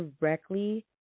directly